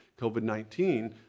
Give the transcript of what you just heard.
COVID-19